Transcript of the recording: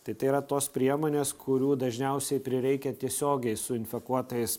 tai yra tos priemonės kurių dažniausiai prireikia tiesiogiai su infekuotais